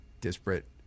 disparate